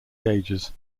gauges